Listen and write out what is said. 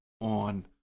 on